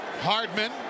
Hardman